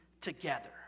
together